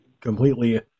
completely